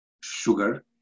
sugar